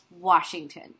Washington